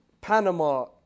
Panama